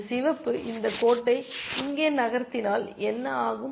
இந்த சிவப்பு இந்த கோட்டை இங்கே நகர்த்தினால் என்ன ஆகும்